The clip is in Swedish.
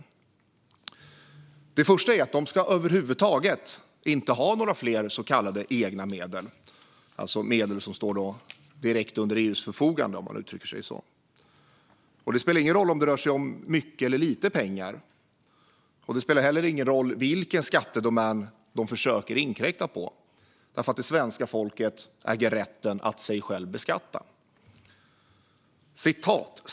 För det första ska EU över huvud taget inte ha några mer så kallade egna medel, alltså pengar som står direkt till EU:s förfogande. Det spelar ingen roll om det rör sig om mycket eller lite pengar, och det spelar heller ingen roll vilken skattedomän man försöker inkräkta på, för det svenska folket äger rätten att sig självt beskatta.